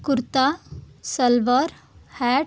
kurta salwar hat